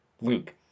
Luke